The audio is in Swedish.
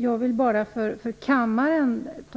Jag vill tala om för kammaren att